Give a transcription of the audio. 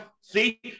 See